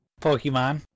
Pokemon